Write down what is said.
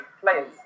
players